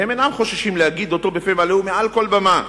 והם אינם חוששים להגיד אותו בפה מלא ומעל כל במה.